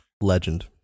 Legend